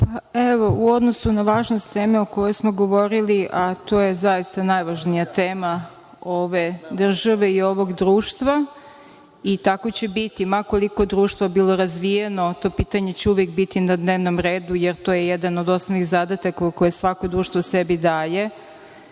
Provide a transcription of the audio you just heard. Evo, u odnosu na važnost teme o kojoj smo govorili, a to je zaista najvažnija tema ove države i ovog društva, i tako će biti, ma koliko društvo bilo razvijeno, to pitanje će uvek biti na dnevnom redu, jer to je jedan od osnovnih zadataka koje svako društvo sebi daje,